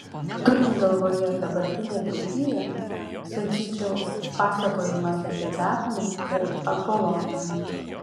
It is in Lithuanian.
turint galvoje dabartinę draugiją sakyčiau pasakojimas apie dafnę ir apoloną